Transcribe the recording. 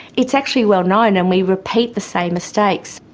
it's actually well-known and we repeat the same mistakes.